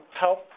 help